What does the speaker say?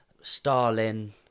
Stalin